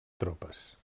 tropes